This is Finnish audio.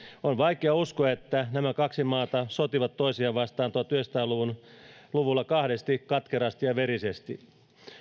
on vaikea uskoa että nämä kaksi maata sotivat toisiaan vastaan tuhatyhdeksänsataa luvulla kahdesti katkerasti ja verisesti